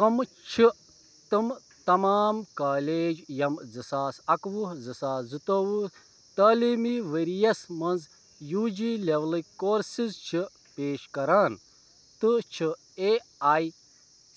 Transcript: کَمہٕ چھِ تِمہٕ تمام کالیج یِم زٕ ساس اَکہٕ وُہ زٕ ساس زٕتووُہ تٲلیٖمی ؤریَس مَنٛز یوٗ جی لٮ۪ولٕکۍ کورسِز چھِ پیش کران تہٕ چھِ اے آی